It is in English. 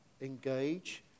engage